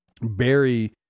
Barry